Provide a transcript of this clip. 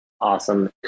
awesome